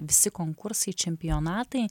visi konkursai čempionatai